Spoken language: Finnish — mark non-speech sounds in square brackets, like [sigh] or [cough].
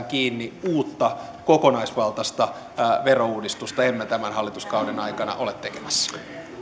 [unintelligible] kiinni uutta kokonaisvaltaista verouudistusta emme tämän hallituskauden aikana ole tekemässä